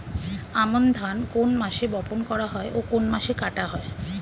আমন ধান কোন মাসে বপন করা হয় ও কোন মাসে কাটা হয়?